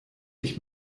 ich